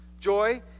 joy